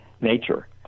nature